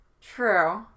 true